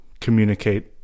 communicate